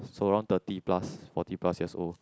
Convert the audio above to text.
so around thirty plus forty plus years old